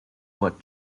what